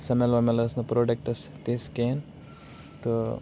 سَمِل وَمِل ٲس نہٕ پروڈَکٹَس تِژھ کِہیٖنۍ تہٕ